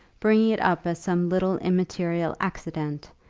bringing it up as some little immaterial accident,